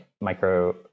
micro